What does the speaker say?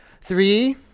Three